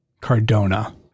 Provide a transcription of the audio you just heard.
cardona